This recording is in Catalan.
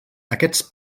aquests